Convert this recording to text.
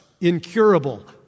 incurable